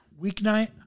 weeknight